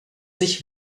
sich